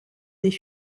des